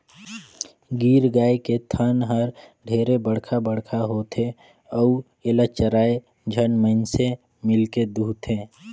गीर गाय के थन हर ढेरे बड़खा बड़खा होथे अउ एला चायर झन मइनसे मिलके दुहथे